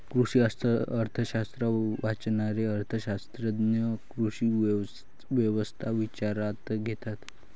कृषी अर्थशास्त्र वाचणारे अर्थ शास्त्रज्ञ कृषी व्यवस्था विचारात घेतात